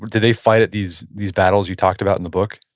did they fight at these these battles you talked about in the book?